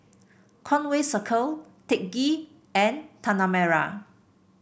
Conway Circle Teck Ghee and Tanah Merah